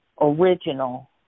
original